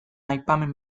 aipamen